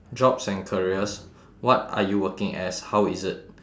jobs and careers what are you working as how is it